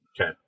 Okay